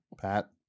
Pat